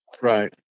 Right